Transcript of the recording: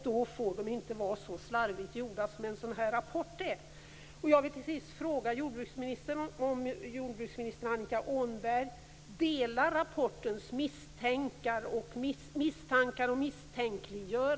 Då får de inte vara så slarvigt gjorda som denna rapport är.